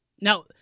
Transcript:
Now